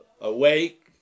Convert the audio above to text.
awake